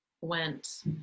went